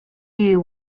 you